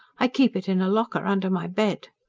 i keep it in a locker under my bed.